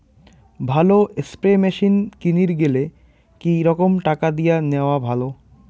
ভালো spray machine কিনির গেলে কি রকম টাকা দিয়া নেওয়া ভালো?